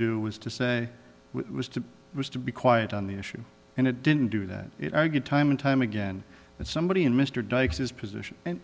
do was to say was to was to be quiet on the issue and it didn't do that it argued time and time again that somebody in mr dykes his position you